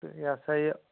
تہٕ یہِ ہسا یہِ